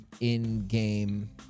in-game